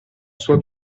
sua